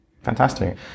Fantastic